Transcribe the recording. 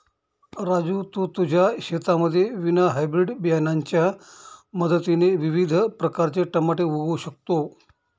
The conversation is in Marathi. राजू तू तुझ्या शेतामध्ये विना हायब्रीड बियाणांच्या मदतीने विविध प्रकारचे टमाटे उगवू शकतो